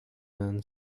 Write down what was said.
man